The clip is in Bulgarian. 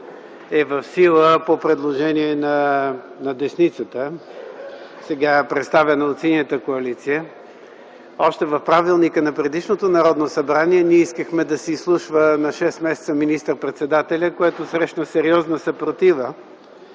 е в сила по предложение на десницата, сега представена от Синята коалиция. Още в правилника на предишното Народно събрание ние искахме да се изслушва на 6 месеца министър-председателят, което срещна сериозна съпротива.